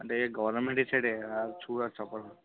అంటే గవర్నమెంట్ సైడే కదా చూడవచ్చు అప్పుడు